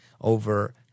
over